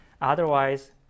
Otherwise